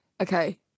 okay